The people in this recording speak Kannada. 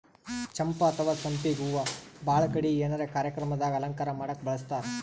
ಚಂಪಾ ಅಥವಾ ಸಂಪಿಗ್ ಹೂವಾ ಭಾಳ್ ಕಡಿ ಏನರೆ ಕಾರ್ಯಕ್ರಮ್ ದಾಗ್ ಅಲಂಕಾರ್ ಮಾಡಕ್ಕ್ ಬಳಸ್ತಾರ್